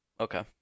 Okay